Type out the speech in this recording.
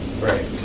right